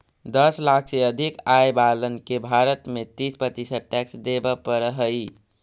दस लाख से अधिक आय वालन के भारत में तीस प्रतिशत टैक्स देवे पड़ऽ हई